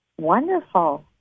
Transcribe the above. wonderful